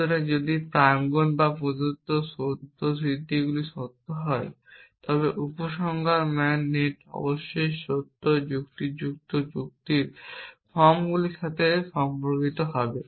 সুতরাং যদি প্রাঙ্গন বা প্রদত্ত বা স্বতঃসিদ্ধগুলি সত্য হয় তবে উপসংহার ম্যান নেট অবশ্যই সত্য যুক্তিযুক্ত যুক্তির ফর্মগুলির সাথে সম্পর্কিত হবে